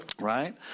Right